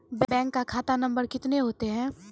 Bank का खाता number कितने होते हैं?